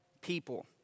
people